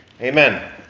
Amen